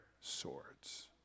swords